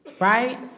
Right